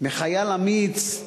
מחייל אמיץ,